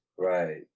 Right